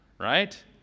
right